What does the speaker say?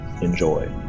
Enjoy